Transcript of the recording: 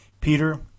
Peter